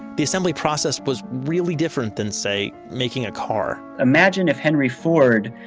the assembly process was really different than say, making a car imagine if henry ford,